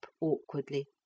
awkwardly